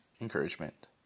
encouragement